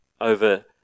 over